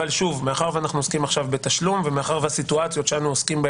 ומאחר שאנחנו עוסקים כעת בתשלום,